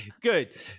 good